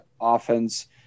offense